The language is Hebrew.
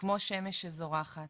כמו שמש שזורחת,